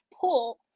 pull